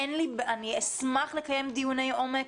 אני אשמח לקיים דיוני עומק,